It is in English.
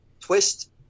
Twist